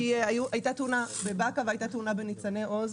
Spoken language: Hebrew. הייתה תאונה בבאקה והייתה תאונה בניצני עוז.